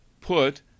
put